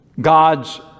God's